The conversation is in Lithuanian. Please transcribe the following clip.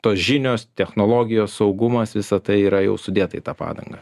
tos žinios technologijos saugumas visa tai yra jau sudėta į tą padangą